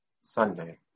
Sunday